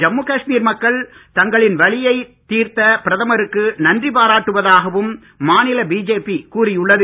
ஜம்மு காஷ்மீர் மக்கள் தங்களின் வலியை தீர்த்த பிரதமருக்கு நன்றி பாராட்டுவதாகவும் மாநில பிஜேபி கூறி உள்ளது